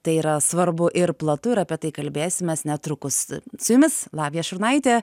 tai yra svarbu ir platu ir apie tai kalbėsimės netrukus su jumis lavija šurnaitė